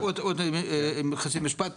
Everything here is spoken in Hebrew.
אה, עוד משפט.